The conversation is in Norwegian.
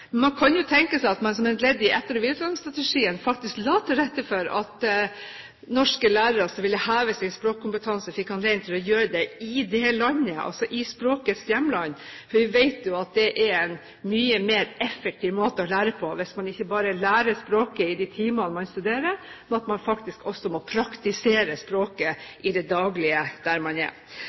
etter- og videreutdanningsstrategien faktisk la til rette for at norske lærere som ville heve sin språkkompetanse, fikk anledning til å gjøre det i språkets hjemland. Vi vet jo at det er en mye mer effektiv måte å lære på, hvis man ikke bare lærer språket i de timene man studerer, men faktisk også må praktisere språket i det daglige der man er.